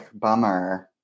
bummer